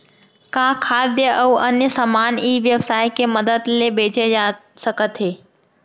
का खाद्य अऊ अन्य समान ई व्यवसाय के मदद ले बेचे जाथे सकथे?